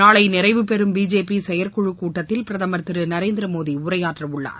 நாளை நிறைவுபெறும் பிஜேபி செயற்குழுக்கூட்டத்தில் பிரதமர் திரு நரேந்திரமோடி உரையாற்றவுள்ளார்